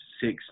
six